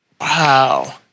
Wow